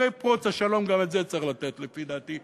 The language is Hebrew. אחרי פרוץ השלום, גם את זה צריך לתת, לפי דעתי.